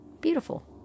beautiful